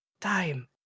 time